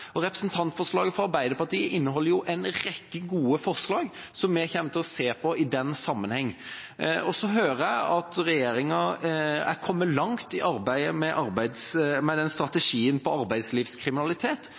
Representantforslaget fra Arbeiderpartiet inneholder en rekke gode forslag som vi kommer til å se på i den sammenheng. Så hører jeg at regjeringa er kommet langt i arbeidet med strategien mot arbeidslivskriminalitet. Derfor forventer jeg at den